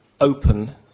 open